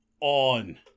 on